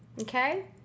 okay